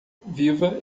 viva